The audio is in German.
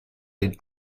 den